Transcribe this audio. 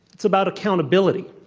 it's about accountability.